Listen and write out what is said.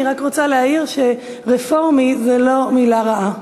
אני רק רוצה להעיר ש"רפורמי" זה לא מילה רעה.